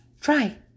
Try